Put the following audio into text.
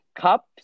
Cups